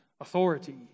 authority